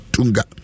Tunga